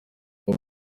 ubu